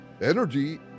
energy